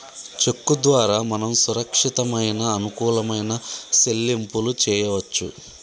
చెక్కు ద్వారా మనం సురక్షితమైన అనుకూలమైన సెల్లింపులు చేయవచ్చు